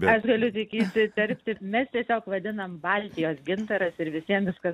aš galiu tik įsiterpti mes tiesiog vadinam baltijos gintaras ir visiem viskas